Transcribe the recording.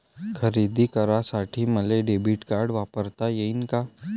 खरेदी करासाठी मले डेबिट कार्ड वापरता येईन का?